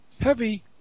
Heavy